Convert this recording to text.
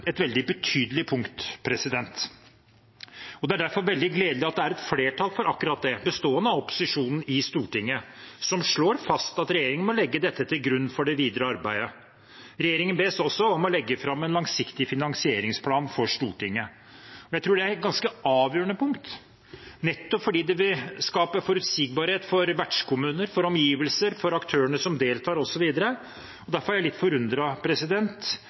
et veldig betydelig punkt. Det er derfor veldig gledelig at det er et flertall for akkurat det, bestående av opposisjonen i Stortinget, som slår fast at regjeringen må legge dette til grunn for det videre arbeidet. Regjeringen bes også om å legge fram en langsiktig finansieringsplan for Stortinget. Jeg tror det er et ganske avgjørende punkt, nettopp fordi det vil skape forutsigbarhet for vertskommuner, for omgivelser, for aktørene som deltar, osv. Derfor er jeg litt